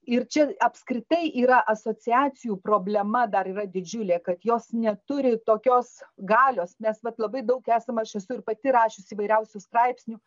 ir čia apskritai yra asociacijų problema dar yra didžiulė kad jos neturi tokios galios mes vat labai daug esam aš esu ir pati rašius įvairiausių straipsnių